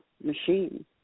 machine